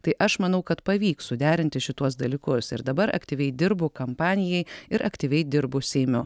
tai aš manau kad pavyks suderinti šituos dalykus ir dabar aktyviai dirbu kampanijai ir aktyviai dirbu seimiu